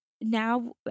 now